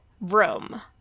room